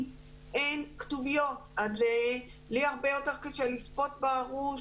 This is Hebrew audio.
ואין כתוביות אז לי הרבה יותר קשה לצפות בערוץ,